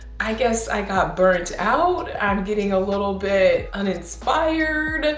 i guess i got burnt out. i'm getting a little bit uninspired.